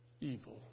evil